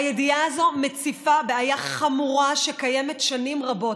הידיעה הזאת מציפה בעיה חמורה שקיימת שנים רבות,